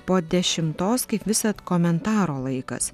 po dešimtos kaip visad komentaro laikas